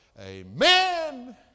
Amen